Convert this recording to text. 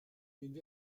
une